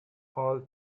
all